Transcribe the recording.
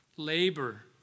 labor